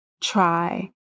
try